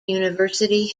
university